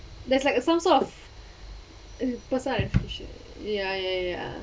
there's like a some sort of a person I appreciate ya ya ya